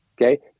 Okay